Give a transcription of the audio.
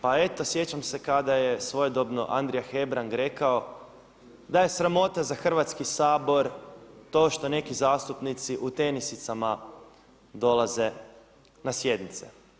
Pa eto sjećam se kada je svojedobno Andrija Hebrang rekao da je sramota za Hrvatski sabor to što neki zastupnici u tenisicama dolaze na sjednice.